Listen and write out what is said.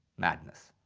madness.